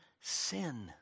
sin